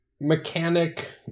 mechanic